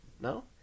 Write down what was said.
No